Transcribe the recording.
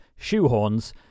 shoehorns